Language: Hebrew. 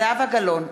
זהבה גלאון,